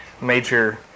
major